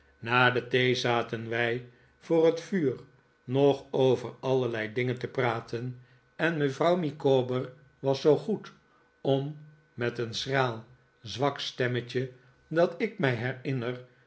na de thee zaten wij voor het vuur nog over allerlei dingen te praten en mevrouw micawber was zoo goed